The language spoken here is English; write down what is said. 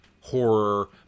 horror